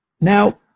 Now